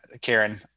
karen